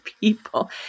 people